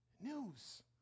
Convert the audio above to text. news